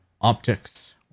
optics